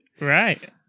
Right